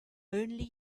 only